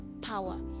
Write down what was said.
power